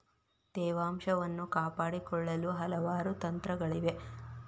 ತೇವಾಂಶವನ್ನು ಕಾಪಾಡಿಕೊಳ್ಳಲು ಹಲವಾರು ತಂತ್ರಗಳಿವೆ ರೈತರ ಅದನ್ನಾ ಅಳವಡಿಸಿ ಕೊಳ್ಳಬೇಕು ಉದಾಹರಣೆಗೆ ಡ್ರಿಪ್ ಮಾಡುವುದು